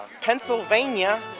Pennsylvania